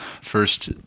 first